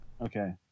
Okay